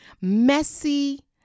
messy